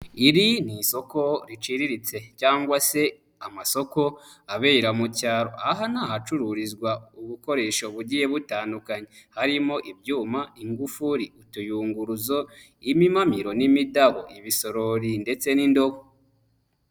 Iri ni isoko riciriritse cyangwa se amasoko abera mu cyaro, ahacururizwa ubukoresho bugiye butandukanye, harimo ibyuma, ingufuri, utuyunguruzo, imimamiro n'imidaho, ibisorori ndetse n'indo.